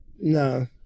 No